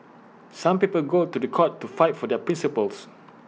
some people go to The Court to fight for their principles